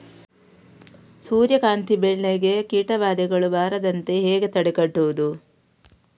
ಸೂರ್ಯಕಾಂತಿ ಬೆಳೆಗೆ ಕೀಟಬಾಧೆಗಳು ಬಾರದಂತೆ ಹೇಗೆ ತಡೆಗಟ್ಟುವುದು?